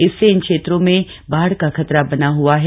इससे इन क्षेत्रों में बाढ़ का खतरा बना हुआ है